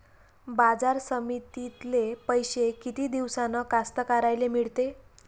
बाजार समितीतले पैशे किती दिवसानं कास्तकाराइले मिळते?